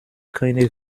keine